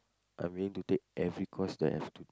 I'm willing to take every cost that I have to